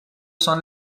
són